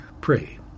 pray